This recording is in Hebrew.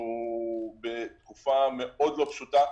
אנחנו בתקופה מאוד לא פשוטה,